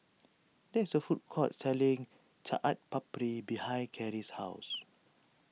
there is a food court selling Chaat Papri behind Cary's house